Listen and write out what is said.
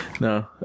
No